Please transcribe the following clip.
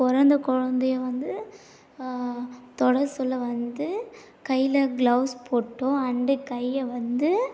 பிறந்த குலந்தைய வந்து தொட சொல்ல வந்து கையில க்ளவுஸ் போட்டோ அண்டு கையை வந்து